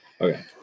Okay